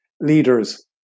leaders